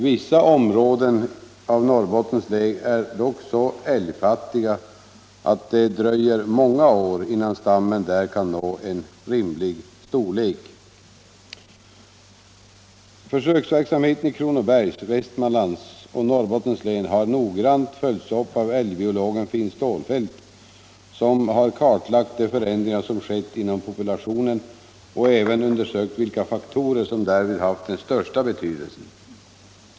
Vissa områden av Norrbottens län är dock så älgfattiga, att det dröjer många år innan stammen där kan nå en rimlig storlek. Försöksverksamheten i Kronobergs, Västmanlands och Norrbottens län har noggrant följts upp av älgbiologen Finn Stålfelt, som kartlagt de förändringar som skett inom populationen och även undersökt vilka faktorer som därvid haft den största betydelsen.